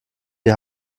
die